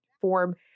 form